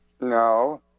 no